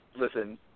listen